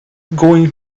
going